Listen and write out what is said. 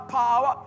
power